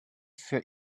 für